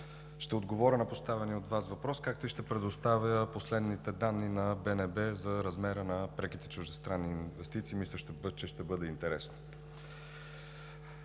Ще отговоря на поставения от Вас въпрос, както и ще предоставя последните данни на БНБ за размера на преките чуждестранни инвестиции. Мисля, че ще бъде интересно.